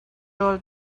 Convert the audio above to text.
rawl